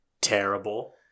terrible